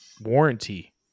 warranty